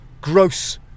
Gross